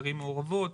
ערים מעורבות,